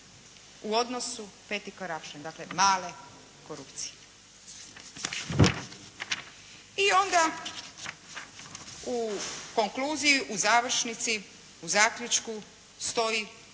se ne razumije./ … dakle male korupcije. I onda u konkluziju, u završnici, u zaključku stoji